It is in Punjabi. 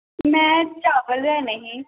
ਮੈਂ ਚਾਵਲ ਲੈਣੇ ਸੀ